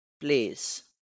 place